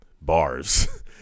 Bars